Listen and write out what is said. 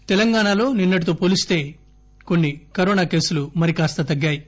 corona తెలంగాణాలో నిన్నటితో పోలిస్త కొన్ని కరోన కేసులు మరి కాస్త తగ్గాయి